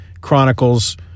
Chronicles